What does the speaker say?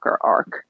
arc